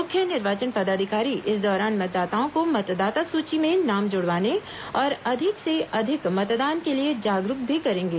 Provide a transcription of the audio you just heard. मुख्य निर्वाचन पदाधिकारी इस दौरान मतदाताओं को मतदाता सूची में नाम जुड़वाने और अधिक से अधिक मतदान के लिए जागरूक भी करेंगे